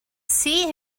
see